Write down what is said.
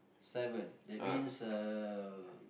seven that means uh